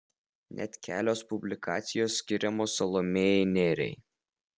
net kelios publikacijos skiriamos salomėjai nėriai